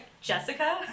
Jessica